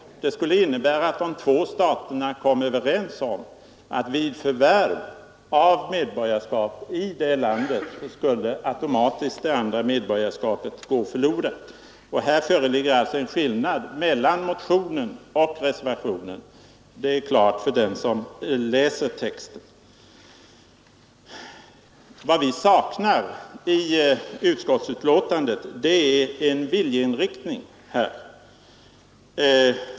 Det skulle i stället innebära att de två staterna kom överens om att vid förvärv av medborgarskap i det ena landet skulle automatiskt medborgarskapet i det andra landet gå förlorat. Här föreligger alltså en skillnad mellan motionen och reservationen; det står klart för den som läser texten. Vad vi saknar i utskottsbetänkandet är en klar viljeyttring från riksdagen.